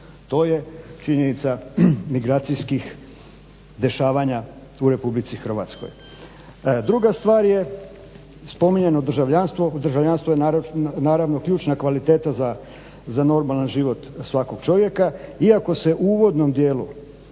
To je činjenica migracijskih dešavanja u RH. Druga stvar je, spominjano državljanstvo, državljanstvo je naravno ključna kvaliteta za normalan život svakog čovjeka iako se u uvodnom djelu